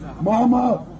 mama